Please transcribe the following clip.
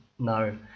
No